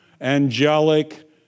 angelic